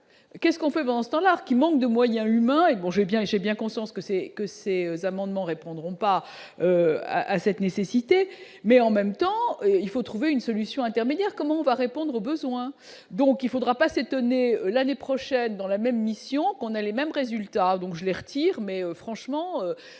qu'est-ce qu'on fait avancer dans l'art, qui manque de moyens humains et bon j'ai bien, j'ai bien conscience que c'est que ces amendements répondront pas à cette nécessité, mais en même temps, il faut trouver une solution intermédiaire, comme on va répondre aux besoins, donc il faudra pas s'étonner l'année prochaine dans la même mission, qu'on a les mêmes résultats, donc je vais retire mais franchement,